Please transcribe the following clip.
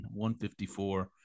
154